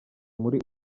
muri